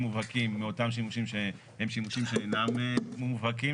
מובהקים מאותם שימושים שהם שימושים שאינם מובהקים,